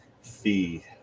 fee